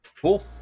Cool